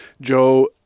Joe